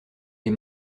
les